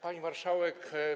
Pani Marszałek!